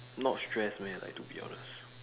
not stress meh like to be honest